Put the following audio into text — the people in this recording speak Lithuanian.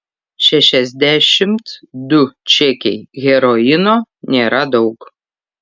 šešiasdešimt du čekiai heroino nėra daug